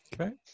Okay